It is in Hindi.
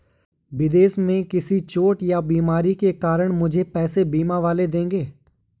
विदेश में किसी चोट या बीमारी के कारण मुझे पैसे बीमा वाले देंगे